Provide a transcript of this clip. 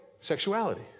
Sexuality